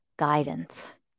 guidance